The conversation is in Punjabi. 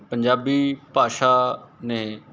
ਪੰਜਾਬੀ ਭਾਸ਼ਾ ਨੇ